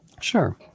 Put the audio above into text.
Sure